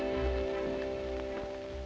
oh